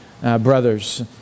brothers